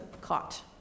caught